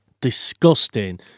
Disgusting